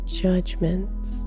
judgments